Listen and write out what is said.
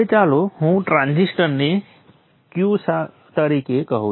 હવે ચાલો હું આ ટ્રાન્ઝિસ્ટરને Q તરીકે કહું